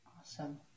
awesome